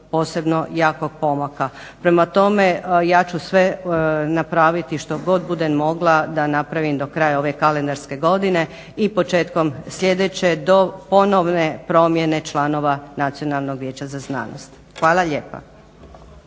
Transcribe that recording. posebno jakog pomaka. Prema tome, ja ću sve napraviti što god budem mogla da napravim do kraja ove kalendarske godine i početkom sljedeće do ponovne promjene članova Nacionalnog vijeća za znanost. Hvala lijepa.